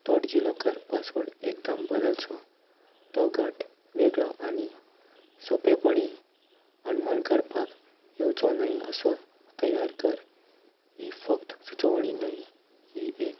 तो DigiLocker password एकदम बदलचो तो गट वेगळो आनी सोंपेपणी अनुमान करपाक येवचो न्हय असो तयार कर ही फक्त सुचोवणी न्हय ही एक